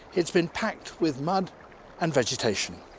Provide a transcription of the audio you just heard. it's been packed with mud and vegetation.